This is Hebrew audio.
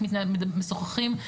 איך משוחחים,